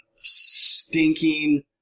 stinking